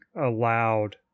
allowed